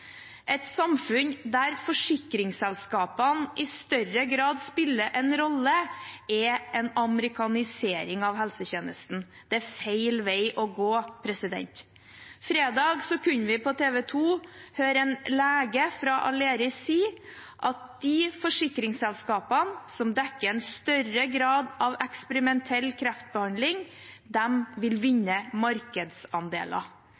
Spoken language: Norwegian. Et samfunn der forsikringsselskapene i større grad spiller en rolle, er en amerikanisering av helsetjenesten. Det er feil vei å gå. På fredag kunne vi på TV 2 høre en lege fra Aleris si at de forsikringsselskapene som dekker en større grad av eksperimentell kreftbehandling, vil